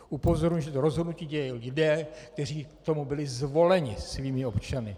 Upozorňuji, že to rozhodnutí dělají lidé, kteří k tomu byli zvoleni svými občany.